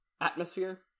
atmosphere